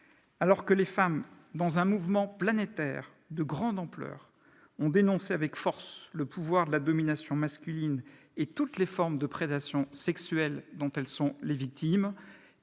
Alors que les femmes, dans un mouvement planétaire de grande ampleur, ont dénoncé avec force le pouvoir de la domination masculine et toutes les formes de prédation sexuelle dont elles sont les victimes,